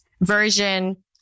version